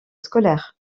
scolaire